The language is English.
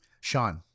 sean